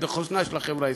בחוסנה של החברה הישראלית.